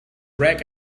wreck